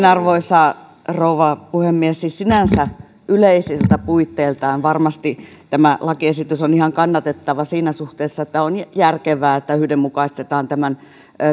arvoisa rouva puhemies siis sinänsä yleisiltä puitteiltaan varmasti tämä lakiesitys on ihan kannatettava siinä suhteessa että on järkevää että yhdenmukaistetaan tämän